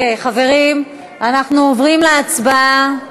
חברים, אנחנו עוברים להצבעה.